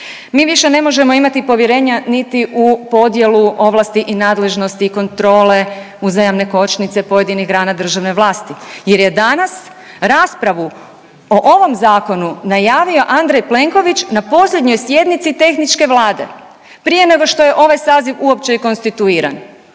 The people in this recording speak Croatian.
Mi više ne možemo imati povjerenja niti u podjelu ovlasti i nadležnosti i kontrole uzajamne kočnice pojedinih grana državne vlasti jer je danas raspravu o ovom zakonu najavio Andrej Plenković na posljednjoj sjednici tehničke Vlade, prije nego što je ovaj saziv uopće i konstituiran.